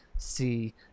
see